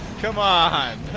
come on